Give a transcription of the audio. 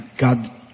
God